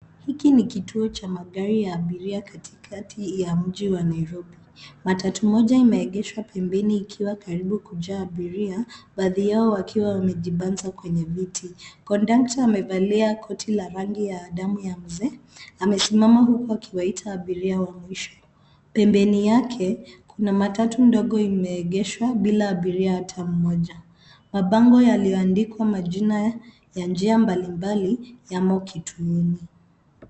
Hiki ni kituo cha magari ya abiria katikati ya mji wa Nairobi. Matatu moja imeegeshwa pembeni ikiwa karibu kujaa abiria baadhi yao wakiwa wamejibanza kwenye buti. Kondakta amevalia koti la rangi ya damu ya mzee amesimama huku akiwaita abiria wa mwisho. Pembeni yake, kuna matatu ndogo imeegeshwa bila abiria hata mmoja mabango yaliyoandikwa majina ya njia mbalimbali, yamo kituoni.